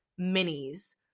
minis